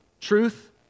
Truth